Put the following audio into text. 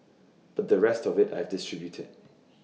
but the rest of IT I've distributed